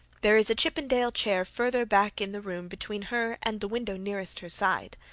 there is a chippendale chair further back in the room between her and the window nearest her side.